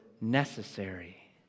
necessary